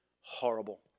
horrible